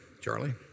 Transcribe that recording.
Charlie